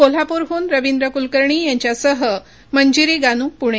कोल्हापूरहून रवींद्र कुलकर्णी यांच्यासह मंजिरी गानू पुणे